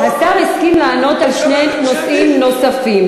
השר הסכים לענות על שני נושאים נוספים,